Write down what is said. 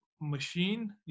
machine